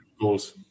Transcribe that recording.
goals